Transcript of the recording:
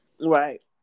Right